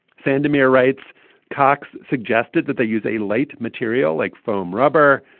sandomir writes cox suggested that they use a late material like foam rubber.